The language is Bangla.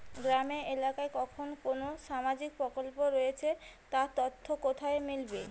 গ্রামের এলাকায় কখন কোন সামাজিক প্রকল্প রয়েছে তার তথ্য কোথায় মিলবে?